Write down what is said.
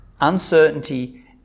uncertainty